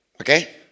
Okay